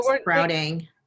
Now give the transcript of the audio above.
Sprouting